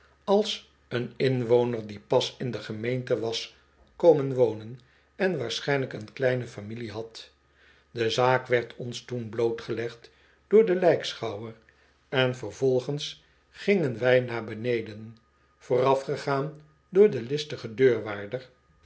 als een inwoner die pas in de gemeente was komen wonen en waarschijnlijk eene kleine familie had de zaak werd ons toen blootgelegd door den lijkschouwer en vervolgens gingen wij naar beneden voorafgegaan door den listigen deurwaarder